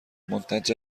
منتج